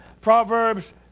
Proverbs